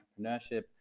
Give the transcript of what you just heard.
entrepreneurship